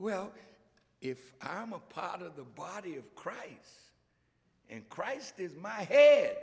well if i am a part of the body of christ and christ is my h